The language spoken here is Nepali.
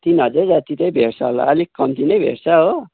तिन हजार जति चाहिँ भेट्छ होला अलिक कम्ती नै भेट्छ हो